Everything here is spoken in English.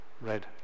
red